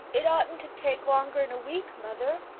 it oughtn't to take longer'n a week, mother.